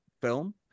film